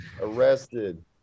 arrested